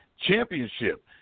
championship